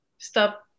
Stop